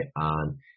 on